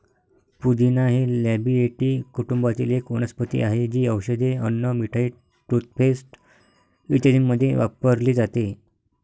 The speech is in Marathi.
पुदिना हे लॅबिएटी कुटुंबातील एक वनस्पती आहे, जी औषधे, अन्न, मिठाई, टूथपेस्ट इत्यादींमध्ये वापरली जाते